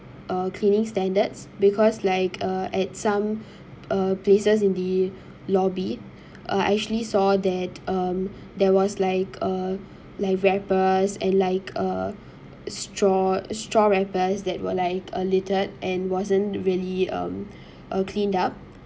uh cleaning standards because like uh at some uh places in the lobby uh I actually saw that um there was like a like wrappers and like a straw straw wrappers that were like a littered and wasn't really um a cleaned up